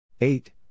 Eight